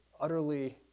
utterly